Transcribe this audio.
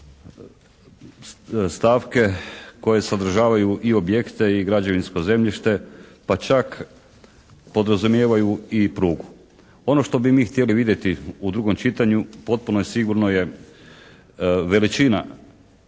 stavke koje sadržavaju i objekte i građevinsko zemljište pa čak podrazumijevaju i prugu. Ono što bi mi htjeli vidjeti u drugom čitanju potpuno je sigurno veličina